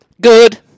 Good